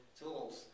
tools